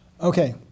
Okay